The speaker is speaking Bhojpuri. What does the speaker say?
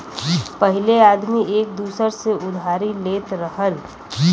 पहिले आदमी एक दूसर से उधारी लेत रहल